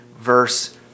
verse